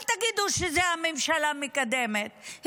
אל תגידו שהממשלה מקדמת את זה,